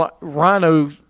Rhino